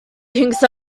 thinks